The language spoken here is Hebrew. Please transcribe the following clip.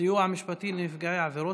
(סיוע משפטי לנפגעי עבירות).